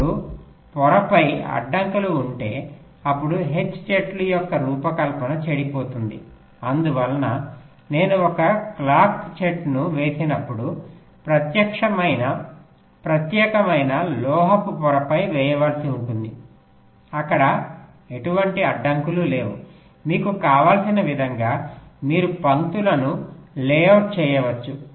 ఇప్పుడు పొరపై అడ్డంకులు ఉంటే అప్పుడు H చెట్టు యొక్క రూపకల్పన చెడిపోతుంది అందువల్ల నేను ఒక క్లాక్ చెట్టును వేసినప్పుడు ప్రత్యేకమైన లోహపు పొరపై వేయవలసి ఉంటుంది అక్కడ ఎటువంటి అడ్డంకులు లేవు మీకు కావలసిన విధంగా మీరు పంక్తులను లేఅవుట్ చేయవచ్చు